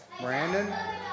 Brandon